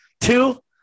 Two